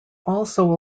also